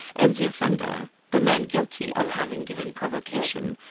and the offender, the man guilty of having given provocation,